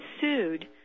sued